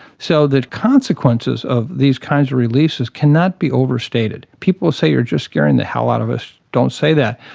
so the consequences of these kinds of releases cannot be overstated. people say you're just scaring the hell out of us, don't say that'.